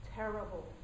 terrible